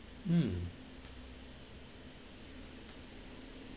mm